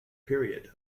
period